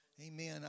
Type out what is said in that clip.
Amen